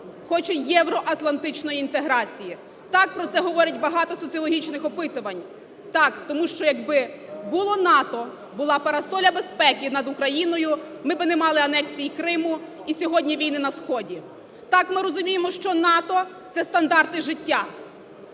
хоче євроатлантичної інтеграції. Так, про це говорять багато соціологічних опитувань. Так. Тому що якби було НАТО, була парасоля безпеки над Україною, ми би не мали анексії Криму і сьогодні війни на Сході. Так, ми розуміємо, що НАТО – це стандарти життя,